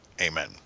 Amen